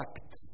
fact